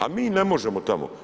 Ali, mi ne možemo tamo.